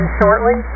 shortly